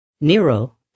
nero